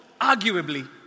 arguably